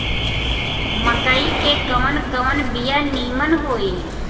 मकई के कवन कवन बिया नीमन होई?